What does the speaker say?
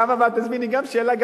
בפעם הבאה תזמיני גם שאלה,